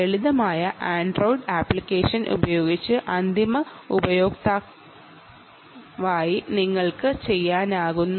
ലളിതമായ android application ഉപയോഗിച്ച് ഒരു എൻഡ് യൂസറായി നിങ്ങൾക്ക് ഇത് കോൺഫിഗർ ചെയ്യാനാകും